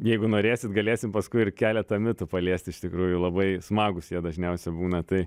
jeigu norėsit galėsim paskui ir keletą mitų paliest iš tikrųjų labai smagūs jie dažniausiai būna tai